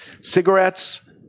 cigarettes